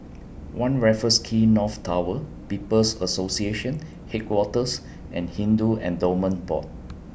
one Raffles Quay North Tower People's Association Headquarters and Hindu Endowments Board